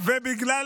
בגלל